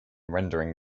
rendering